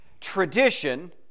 tradition